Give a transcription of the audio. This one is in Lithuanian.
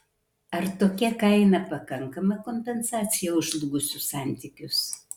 ar tokia kaina pakankama kompensacija už žlugusius santykius